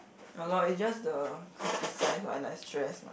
ya lor it's just the criticize when I stress